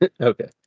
Okay